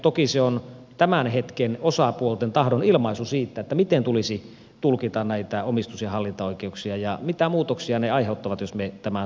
toki se on tämän hetken osapuolten tahdonilmaisu siitä miten tulisi tulkita näitä omistus ja hallintaoikeuksia ja mitä muutoksia ne aiheuttavat jos me tämän sopimuksen ratifioimme